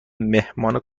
مهمان